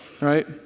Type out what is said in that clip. right